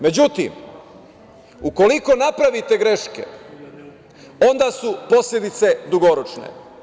Međutim, ukoliko napravite greške, onda su posledice dugoročne.